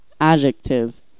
adjective